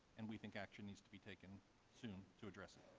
and we think action needs to be taken soon to address it.